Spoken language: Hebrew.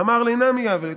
"אמר ליה הא נמי הב ליה",